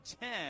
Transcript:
ten